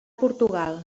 portugal